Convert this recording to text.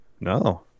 No